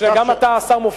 כך כשאתם תדברו יהיה.